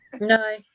No